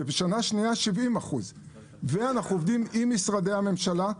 בשנה השנייה זה 70%. אנחנו גם עובדים עם משרדי הממשלה,